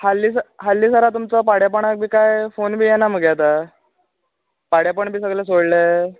हाल्ली हाल्ली सराक तुमचो पाडेपणाक बी काय फोन बी येना मुगे आतां पाडेपण बी सगले सोडले